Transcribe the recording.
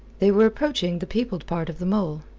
they were approaching the peopled part of the mole.